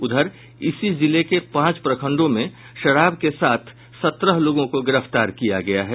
उधर इसी जिले के पांच प्रखडों में शराब के साथ सत्रह लोगों को गिरफ्तार किया गया है